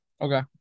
Okay